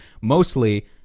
mostly